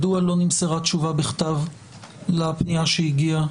מדוע לא נמסרה תשובה בכתב לפנייה שהגיעה